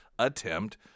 attempt